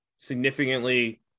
significantly